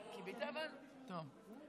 טוב.